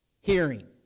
hearing